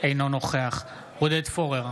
אינו נוכח עודד פורר,